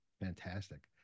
Fantastic